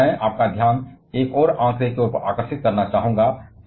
लेकिन मैं आपका ध्यान एक और आंकड़े की ओर आकर्षित करना चाहूंगा